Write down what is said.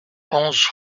onze